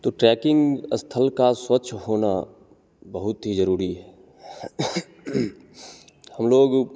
तो ट्रैकिंग स्थल का स्वच्छ होना बहुत ही जरुरी है हम लोग